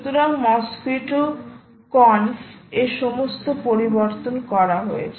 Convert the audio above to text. সুতরাং mosquitto conf mosquittoconf এ সমস্ত পরিবর্তন করা হয়েছে